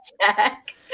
check